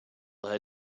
her